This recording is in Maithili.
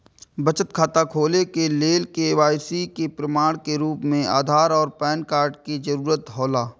बचत खाता खोले के लेल के.वाइ.सी के प्रमाण के रूप में आधार और पैन कार्ड के जरूरत हौला